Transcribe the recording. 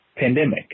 pandemic